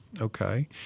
okay